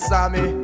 Sammy